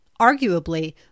Arguably